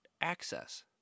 access